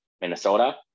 Minnesota